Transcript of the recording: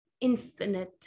infinite